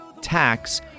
tax